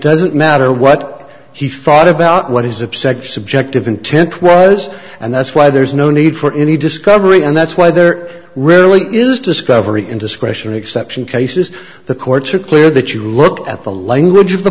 doesn't matter what he thought about what his upset subjective intent was and that's why there is no need for any discovery and that's why there really is discovery in discretion exception cases the courts are clear that you look at the language of the